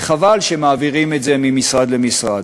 וחבל שמעבירים את זה ממשרד למשרד.